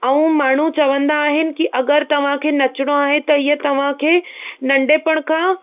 ऐं माण्हूं चवंदा आहिनि की अगरि तव्हांखे नचिणो आहे त हीअ तव्हांखे नंढपिणु खां